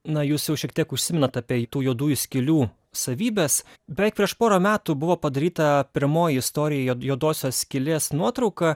na jūs jau šiek tiek užsimenat apie tų juodųjų skylių savybes beveik prieš porą metų buvo padaryta pirmoji istorijoje juodosios skylės nuotrauka